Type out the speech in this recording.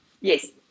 Yes